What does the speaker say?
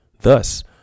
Thus